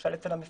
למשל אצל המפקח.